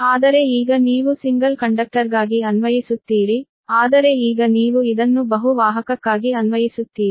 ಆದರೆ ಈಗ ನೀವು ಸಿಂಗಲ್ ಕಂಡಕ್ಟರ್ಗಾಗಿ ಅರ್ಜಿ ಸಲ್ಲಿಸುತ್ತೀರಿ ಆದರೆ ಈಗ ನೀವು ಇದನ್ನು ಬಹು ವಾಹಕಕ್ಕಾಗಿ ಅನ್ವಯಿಸುತ್ತೀರಿ